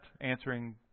answering